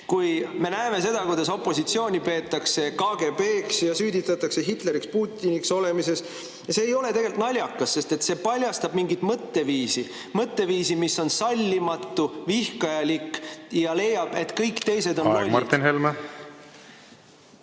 kui me näeme, kuidas opositsiooni peetakse KGB‑ks ja süüdistatakse Hitleriks või Putiniks olemises. See ei ole tegelikult naljakas, sest see paljastab mingit mõtteviisi – mõtteviisi, mis on sallimatu ja vihkajalik ning leiab, et kõik teised on lollid.